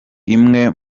imwe